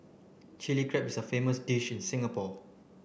Chilli Crab is a famous dish in Singapore